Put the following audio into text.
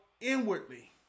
inwardly